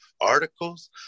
articles